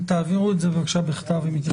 תעבירו את זה, בבקשה, בכתב עם התייחסות.